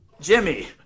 ...Jimmy